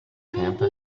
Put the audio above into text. pampa